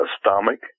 stomach